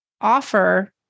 offer